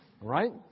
right